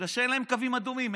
בגלל שאין להם קווים אדומים,